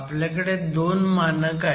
आपल्याकडे दोन मानक आहेत